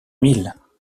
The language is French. milles